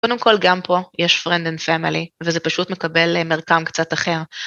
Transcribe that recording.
קודם כול גם פה יש Friend and Family, וזה פשוט מקבל מרקם קצת אחר.